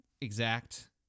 exact